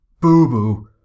boo-boo